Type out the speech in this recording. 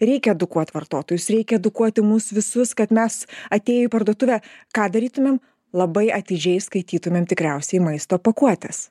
reikia edukuot vartotojus reikia edukuoti mus visus kad mes atėję į parduotuvę ką darytumėm labai atidžiai skaitytumėm tikriausiai maisto pakuotes